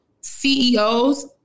CEOs